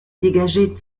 dégageait